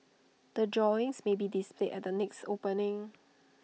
the drawings may be displayed at the next opening